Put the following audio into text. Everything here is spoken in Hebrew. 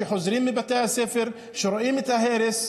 שחוזרים מבתי הספר ורואים את ההרס,